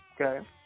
okay